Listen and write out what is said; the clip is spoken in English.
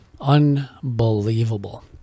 unbelievable